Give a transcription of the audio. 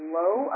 low